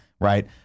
Right